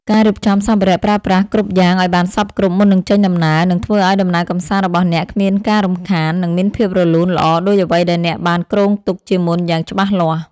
ការរៀបចំសម្ភារៈប្រើប្រាស់គ្រប់យ៉ាងឱ្យបានសព្វគ្រប់មុននឹងចេញដំណើរនឹងធ្វើឱ្យដំណើរកម្សាន្តរបស់អ្នកគ្មានការរំខាន និង មានភាពរលូនល្អដូចអ្វីដែលអ្នកបានគ្រោងទុកជាមុនយ៉ាងច្បាស់លាស់។